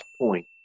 point